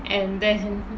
and then